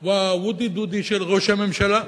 הוא הWoody Doody- של ראש הממשלה.